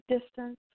Distance